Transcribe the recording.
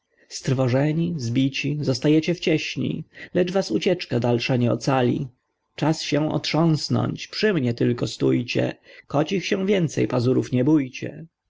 strwożeni zbici zostajecie w cieśni lecz was ucieczka dalsza nie ocali czas się otrząsnąć przy mnie tylko stójcie kocich się więcej pazurów nie bójcie